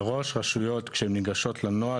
מראש רשויות כשהן ניגשות לנוהל,